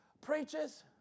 preaches